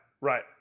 Right